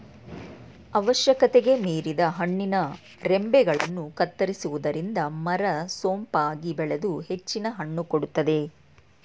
ಅವಶ್ಯಕತೆಗೆ ಮೀರಿದ ಹಣ್ಣಿನ ರಂಬೆಗಳನ್ನು ಕತ್ತರಿಸುವುದರಿಂದ ಮರ ಸೊಂಪಾಗಿ ಬೆಳೆದು ಹೆಚ್ಚಿನ ಹಣ್ಣು ಕೊಡುತ್ತದೆ